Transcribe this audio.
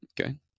Okay